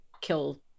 kill